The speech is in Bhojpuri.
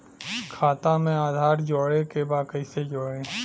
खाता में आधार जोड़े के बा कैसे जुड़ी?